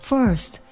First